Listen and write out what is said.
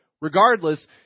Regardless